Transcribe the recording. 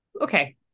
Okay